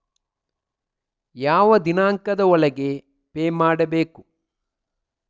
ಯಾವ ದಿನಾಂಕದ ಒಳಗೆ ಪೇ ಮಾಡಬೇಕು?